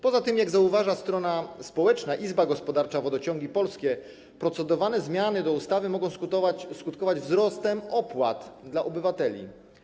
Poza tym, jak zauważa strona społeczna, Izba Gospodarcza „Wodociągi Polskie”, procedowane zmiany ustawy mogą skutkować wzrostem opłat dla obywateli.